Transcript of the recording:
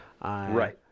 Right